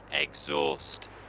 exhaust